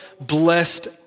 blessed